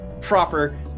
proper